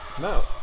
No